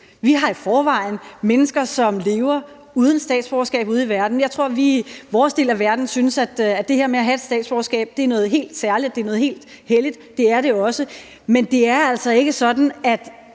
Der er i forvejen mennesker, som lever uden statsborgerskab ude i verden. Jeg tror, at vi i vores del af verden synes, at det her med at have et statsborgerskab er noget helt særligt og noget helt helligt, og det er det også, men det er altså ikke sådan, at